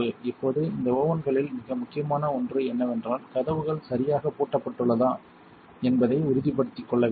இப்போது இந்த ஓவென்களில் மிக முக்கியமான ஒன்று என்னவென்றால் கதவுகள் சரியாகப் பூட்டப்பட்டுள்ளதா என்பதை உறுதிப்படுத்திக் கொள்ள வேண்டும்